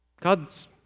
God's